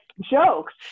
jokes